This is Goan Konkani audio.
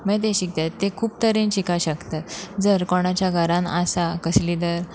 मागीर ते शिकतात ते खूब तरेन शिका शकतात जर कोणाच्या घरान आसा कसली दर